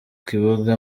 kibuga